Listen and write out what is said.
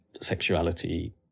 sexuality